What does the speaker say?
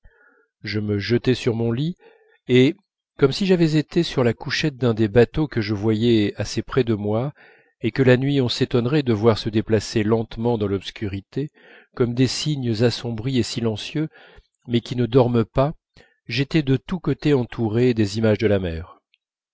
je me jetais sur mon lit et comme si j'avais été sur la couchette d'un des bateaux que je voyais assez près de moi et que la nuit on s'étonnerait de voir se déplacer lentement dans l'obscurité comme des cygnes assombris et silencieux mais qui ne dorment pas j'étais de tous côtés entouré des images de la mer